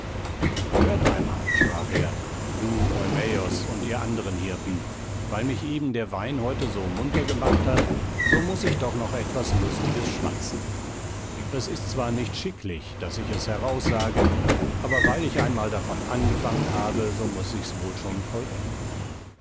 hört einmal sprach er du eumäos und ihr andern hirten weil mich eben der wein heute so munter gemacht hat so muß ich doch noch etwas lustiges schwatzen es ist zwar nicht schicklich daß ich es heraussage aber weil ich einmal davon angefangen habe so muß ich's wohl schon vollenden